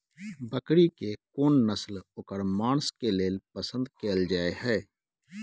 बकरी के कोन नस्ल ओकर मांस के लेल पसंद कैल जाय हय?